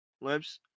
lips